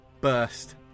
burst